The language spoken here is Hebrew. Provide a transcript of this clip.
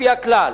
לפי הכלל,